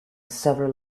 several